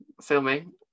filming